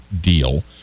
deal